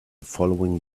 following